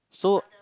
so